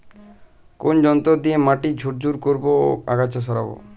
কোন যন্ত্র দিয়ে মাটি ঝুরঝুরে করব ও আগাছা সরাবো?